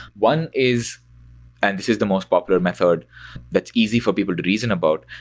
one is and this is the most popular method that's easy for people to reason about,